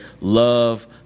Love